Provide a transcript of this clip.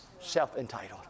self-entitled